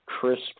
crisp